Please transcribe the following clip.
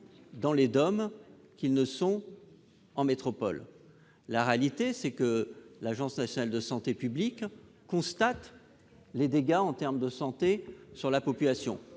dans les DOM qu'en métropole. La réalité, c'est que l'Agence nationale de santé publique constate les dégâts en termes de santé sur la population.